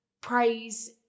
praise